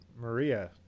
Maria